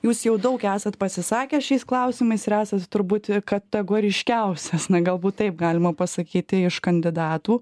jūs jau daug esat pasisakę šiais klausimais ir esąs turbūt kategoriškiausias na galbūt taip galima pasakyti iš kandidatų